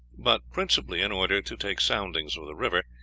but principally in order to take soundings of the river,